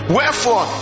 Wherefore